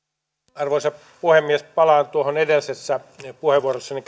arvoisa puhemies palaan tuohon edellisessä puheenvuorossani